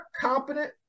competent